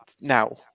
now